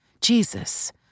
Jesus